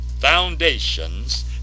foundations